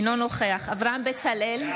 אינו נוכח אברהם בצלאל,